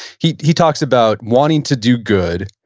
he he talks about wanting to do good,